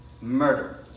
murder